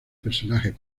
personajes